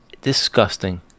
disgusting